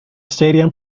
stadium